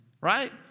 right